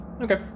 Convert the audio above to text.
Okay